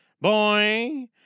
Boy